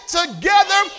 together